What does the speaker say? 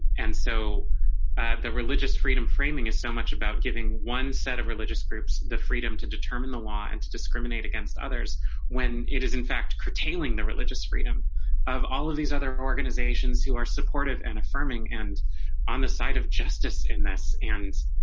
and so the religious freedom framing is so much about giving one set of religious groups the freedom to determine the law and to discriminate against others when it is in fact curtailing the religious freedom of all of these other organizations who are supportive and affirming and on the side of justice in this and